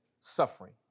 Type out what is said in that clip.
suffering